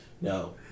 No